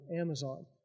Amazon